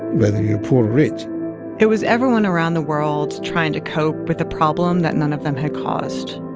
whether you're poor, rich it was everyone around the world trying to cope with a problem that none of them had caused.